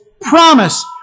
promise